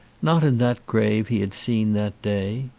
not in that grave he had seen that day.